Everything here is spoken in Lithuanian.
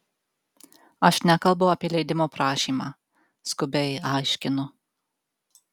aš nekalbu apie leidimo prašymą skubiai aiškinu